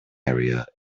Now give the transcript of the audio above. area